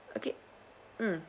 okay um